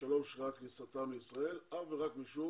ושלא אושרה כניסתם לישראל אך ורק משום